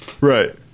right